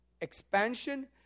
expansion